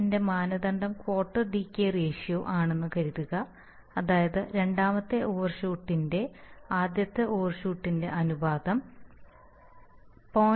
എന്റെ മാനദണ്ഡം quarter decay ratio ആണെന്ന് കരുതുക അതായത് രണ്ടാമത്തെ ഓവർഷൂട്ടിന്റെ ആദ്യ ഓവർഷൂട്ടിന്റെ അനുപാതം 0